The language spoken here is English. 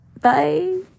Bye